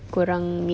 afternoon